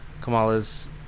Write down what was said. Kamala's